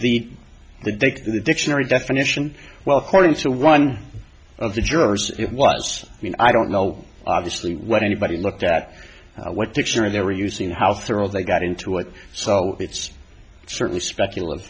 the the desc the dictionary definition well according to one of the jurors it was i mean i don't know obviously when anybody looked at what dictionary they were using how thorough they got into it so it's certainly speculati